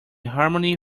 harmony